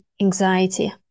Anxiety